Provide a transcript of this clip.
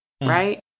Right